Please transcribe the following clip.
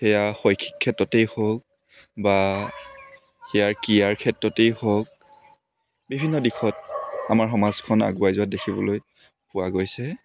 সেইয়া শৈক্ষিক ক্ষেত্ৰতেই হওক বা সেইয়া ক্ৰীড়াৰ ক্ষেত্ৰতেই হওক বিভিন্ন দিশত আমাৰ সমাজখন আগুৱাই যোৱা দেখিবলৈ পোৱা গৈছে